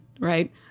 right